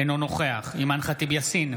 אינו נוכח אימאן ח'טיב יאסין,